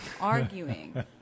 arguing